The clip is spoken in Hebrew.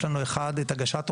יש לנו את הגשת התוכניות,